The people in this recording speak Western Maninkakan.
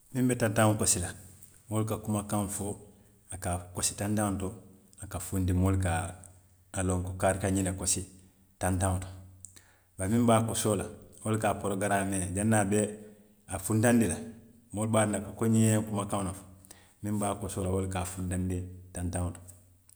Miŋ be tantaŋo kosi la, wo le ka kumakaŋo fo a ka a kosi tantaŋo to, a ka funti moolu ka a loŋ ko kaari ka ñiŋ ne kosi tantaŋo to bari miŋ be a kosoo la, wo le ka a porokaraamee janniŋ a be a funtandi la, moolu be a loŋ na ko ñiŋ ye ñiŋ kumakaŋo le fo, miŋ be a kosoo la wo le a funtandi tantaŋo to